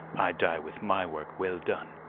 i die with my work well done.